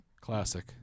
Classic